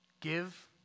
Give